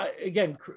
again